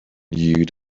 you